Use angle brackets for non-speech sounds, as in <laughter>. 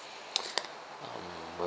<breath> um when